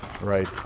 Right